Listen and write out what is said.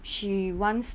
she wants